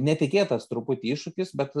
netikėtas truputį iššūkis bet